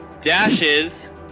dashes